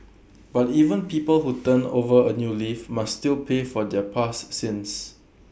but even people who turn over A new leaf must still pay for their past sins